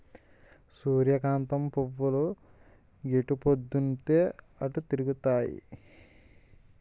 సూర్యకాంతం పువ్వులు ఎటుపోద్దున్తీ అటే తిరుగుతాయి